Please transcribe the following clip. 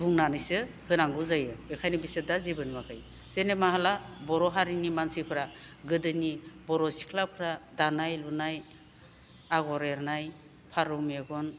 बुंनानैसो होनांगौ जायो बेखायनो बिसोरदा जेबो नुवाखै जेनोमाहाला बर' हारिनि मानसिफोरा गोदोनि बर' सिख्लाफ्रा दानाय लुनाय आगर एरनाय फारौ मेगन